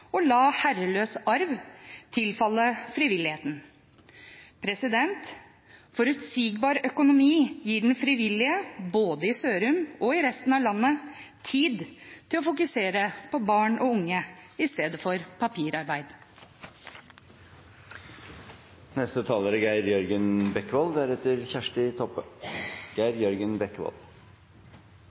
la herreløs arv tilfalle frivilligheten. Forutsigbar økonomi gir den frivillige, i både Sørum og resten av landet, tid til å fokusere på barn og unge i stedet for på papirarbeid. Jeg er